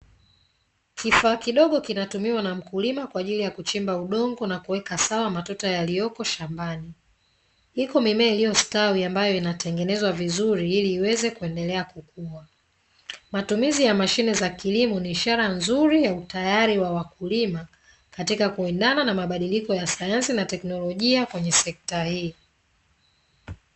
Kifaa kidogo kinatumiwa na mkulima kwa ajili ya kuchimba udongo na kuweka sawa matuta yaliyoko shambani. Iko mimea iliyostawi, ambayo inatengenezwa vizuri ili iweze kuendelea kukua. Matumizi ya mashine za kilimo ni ishara nzuri ya utayari wa wakulima katika kuendana na mabadiliko ya sayansi na teknolojia kwenye sekta hii.